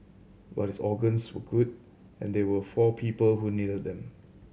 but his organs were good and there were four people who needed them